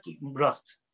rust